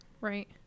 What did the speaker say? Right